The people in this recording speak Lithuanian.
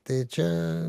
tai čia